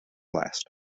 last